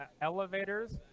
elevators